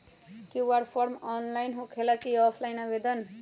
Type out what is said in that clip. QR form online होकेला कि offline आवेदन?